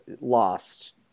Lost